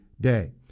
day